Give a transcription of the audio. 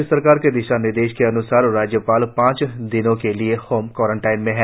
राज्य सरकार के दिशा निर्देशों के अन्सार राज्यपाल पांच दिनों के लिए होम क्वारेंटिन में है